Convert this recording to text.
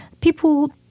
people